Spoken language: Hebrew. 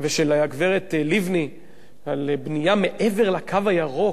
ושל הגברת לבני על בנייה מעבר ל"קו הירוק"